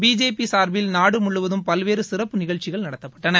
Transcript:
BJP சார்பில் நாடு முழுவதும் பல்வேறு சிறப்பு நிகழ்ச்சிகள் நடத்தப்பட்டன